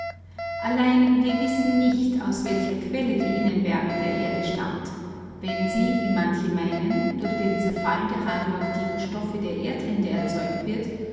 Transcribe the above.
allein wir wissen ja nicht aus welcher quelle die innenwärme der erde überhaupt stammt wenn sie wie manche meinen durch den zerfall der radioaktiven stoffe erzeugt wird